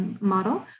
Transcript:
model